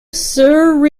sir